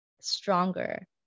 stronger